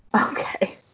Okay